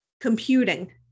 Computing